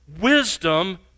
wisdom